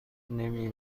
نمی